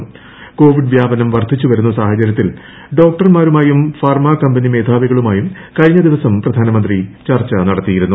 ക്കോവ്പിസ് വ്യാപനം വർദ്ധിച്ചു വരുന്ന സാഹചര്യത്തിൽ ഡോക്ടർമാരുമായുർ ഫാർമ കമ്പനി മേധാവികളുമായും കഴിഞ്ഞ ദിവസം പ്രധാനമന്ത്രി പ്ലർച്ച് നടത്തിയിരുന്നു